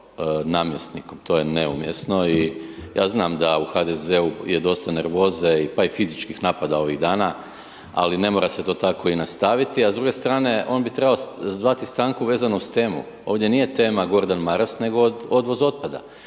namjesnikom. To je neumjesno i ja znam da u HDZ-u je dosta nervoze, pa i fizičkih napada ovih dana, ali ne mora se to tako i nastaviti. A s druge strane, on bi trebao zvati stanku vezano uz temu. Ovdje nije tema Gordan Maras, nego odvoz otpada.